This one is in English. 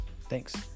thanks